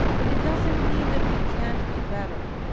but it doesn't mean that we can't be better.